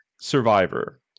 Survivor